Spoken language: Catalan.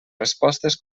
respostes